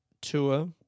tour